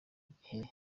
gihe